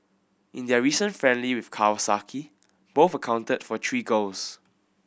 in their recent friendly with Kawasaki both accounted for three goals